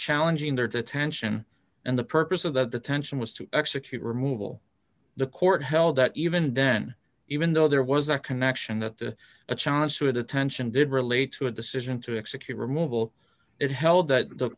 challenging their detention and the purpose of the tension was to execute removal the court held that even then even though there was a connection that a challenge to a detention did relate to a decision to execute removal it held that the